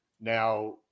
Now